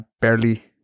barely